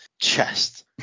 chest